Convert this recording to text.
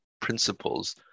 principles